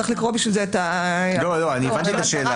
צריך לקרוא בשביל זה את --- אני הבנתי את השאלה.